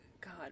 god